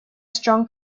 strong